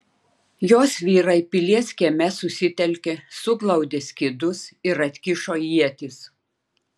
jos vyrai pilies kieme susitelkė suglaudė skydus ir atkišo ietis